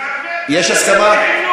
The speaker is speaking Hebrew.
הייתה הצבעה, מה הסיפור?